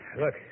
Look